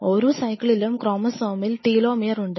ഓരോ സൈക്കിളിലും ക്രോമോസോമിൽ ടെലോമെർ ഉണ്ട്